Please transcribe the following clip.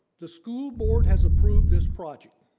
the school board has approved this project.